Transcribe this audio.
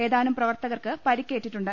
ഏതാനും പ്രവർത്തകർക്ക് പരിക്കേറ്റിട്ടുണ്ട്